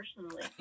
personally